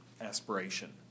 aspiration